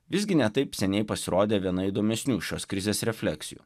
visgi ne taip seniai pasirodė viena įdomesnių šios krizės refleksijų